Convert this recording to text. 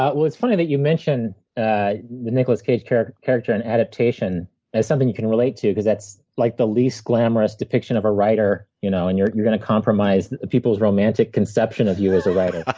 well, it's funny that you mention the nicholas cage character character in adaptation as something you can relate to, because that's like the least glamorous depiction of a writer, you know and you're you're going to compromise people's romantic conception of you as a writer.